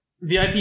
VIP